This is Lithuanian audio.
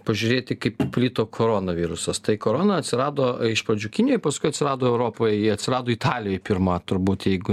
pažiūrėti kaip plito koronavirusas tai korona atsirado iš pradžių kinijoj paskui atsirado europoje ji atsirado italijoj pirma turbūt jeigu